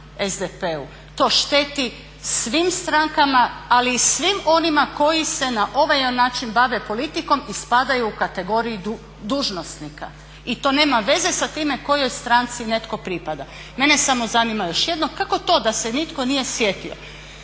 to šteti svim strankama ali i svim onima koji se na ovaj način bave politikom i spadaju u kategoriju dužnosnika i to nema veza sa time kojoj stranci netko pripada. Mene samo zanima još jedno, kako to da se nitko nije sjetio